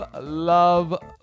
love